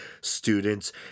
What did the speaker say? students